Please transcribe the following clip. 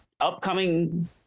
upcoming